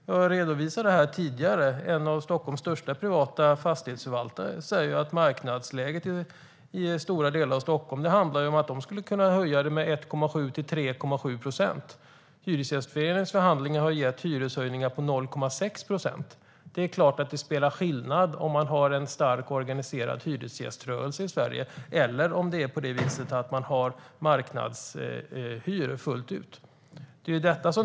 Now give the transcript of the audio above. Jag redovisade tidigare här vad en av Stockholms största privata fastighetsförvaltare säger, nämligen att marknadsläget i stora delar av Stockholm handlar om att de skulle kunna höja med 1,7-3,7 procent. Hyresgästföreningens förhandlingar har gett hyreshöjningar på 0,6 procent. Det är klart att det gör skillnad om man har en stark och organiserad hyresgäströrelse i Sverige eller om man har marknadshyror fullt ut.